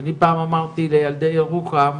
אני פעם אמרתי לילדי ירוחם,